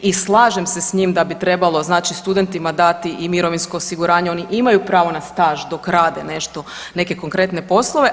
I slažem se s njim da bi trebalo znači studentima dati i mirovinsko osiguranje, oni imaju pravo na staž dok rade nešto, neke konkretne poslove.